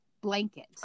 blanket